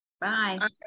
Bye